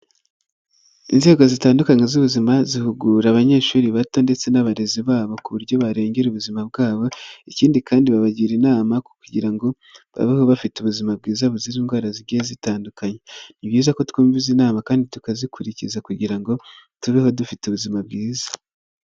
Inzego zitandukanye z'ubuzima zihugura abanyeshuri bato ndetse n'abarezi babo ku buryo barengera ubuzima bwabo, ikindi kandi babagira inama ku kugira ngo babeho bafite ubuzima bwiza buzira indwara zigiye zitandukanye. Ni byiza ko twumva izi nama kandi tukazikurikiza kugira ngo tubeho dufite ubuzima bwiza.